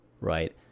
right